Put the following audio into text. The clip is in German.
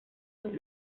sind